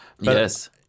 Yes